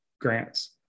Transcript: grants